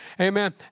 Amen